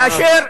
כאשר,